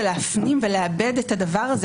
להפנים ולעבד את הדבר הזה,